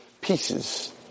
pieces